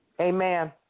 Amen